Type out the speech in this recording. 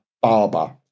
barber